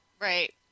Right